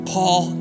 Paul